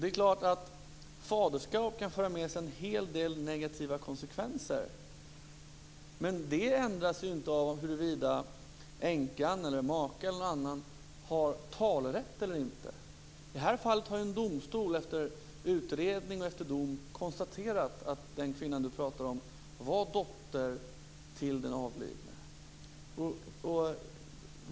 Det är klart att faderskap kan föra med sig en hel del negativa konsekvenser, men det ändras ju inte av huruvida änkan, maken eller någon annan har talerätt eller inte. I det här fallet har ju en domstol efter utredning och i dom konstaterat att den kvinna som Agne tog upp i exemplet är dotter till den avlidne.